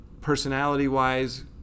personality-wise